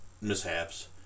mishaps